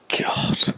God